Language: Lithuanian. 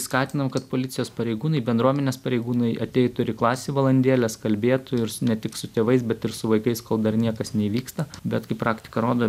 skatinam kad policijos pareigūnai bendruomenės pareigūnai ateitų ir į klasių valandėles kalbėtų ir su ne tik su tėvais bet ir su vaikais kol dar niekas neįvyksta bet kai praktika rodo